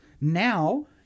Now